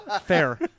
Fair